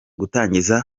gutangiza